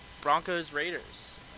Broncos-Raiders